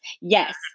Yes